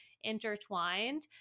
intertwined